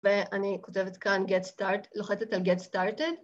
‫ואני כותבת כאן, ‫לוחצת על get started.